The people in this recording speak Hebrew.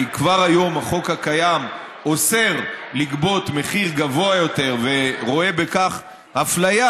כי כבר היום החוק הקיים אוסר לגבות מחיר גבוה יותר ורואה בכך הפליה,